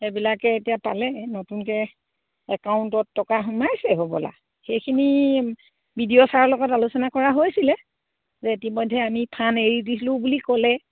সেইবিলাকে এতিয়া পালে নতুনকৈ একাউণ্টত টকা সোমাইছে হ'বলা সেইখিনি বি ডি অ' ছাৰৰ লগত আলোচনা কৰা হৈছিলে যে ইতিমধ্যে আমি ফাণ্ড এৰি দিলো বুলি ক'লে